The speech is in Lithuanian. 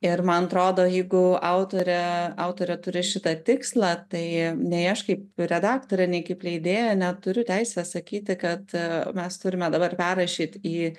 ir man atrodo jeigu autorė autorė turi šitą tikslą tai nei aš kaip redaktorė nei kaip leidėja neturiu teisės sakyti kad mes turime dabar perrašyt į